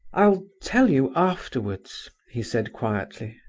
i'll tell you afterwards, he said quietly.